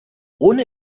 ohne